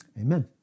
amen